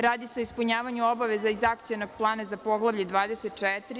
Radi se o ispunjavanju obaveza iz akcionog plana za Poglavlje 24.